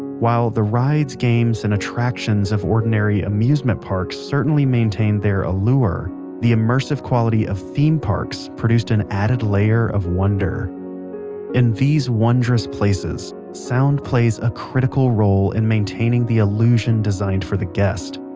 while the rides, games and attractions of ordinary amusement parks certainly maintained their allure, the immersive quality of theme parks produced an added layer of wonder in these wondrous places, sound plays a critical role in maintaining the illusion designed for the guest.